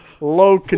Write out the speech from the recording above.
low